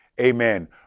amen